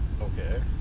okay